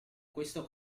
questo